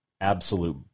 absolute